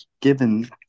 given